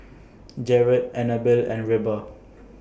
Jarret Annabell and Reba